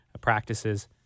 practices